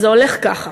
זה הולך ככה,